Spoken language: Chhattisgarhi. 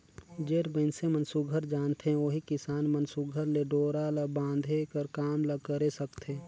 जेन मइनसे मन सुग्घर जानथे ओही किसान मन सुघर ले डोरा ल बांधे कर काम ल करे सकथे